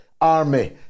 army